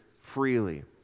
freely